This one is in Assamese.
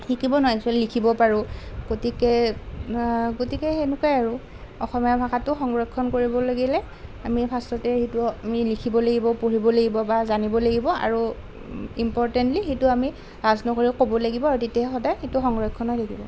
শিকিব নহয় একচুৱেলী লিখিব পাৰোঁ গতিকে গতিকে সেনেকুৱাই আৰু অসমীয়া ভাষাটো সংৰক্ষণ কৰিব লাগিলে আমি ফাৰ্ষ্টতে সেইটো আমি লিখিব লাগিব পঢ়িব লাগিব বা জানিবও লাগিব আৰু ইম্পৰ্টেণ্টলী সেইটো আমি লাজ নকৰি ক'ব লাগিব আৰু তেতিয়াহে সদায় সেইটো সংৰক্ষণ হৈ থাকিব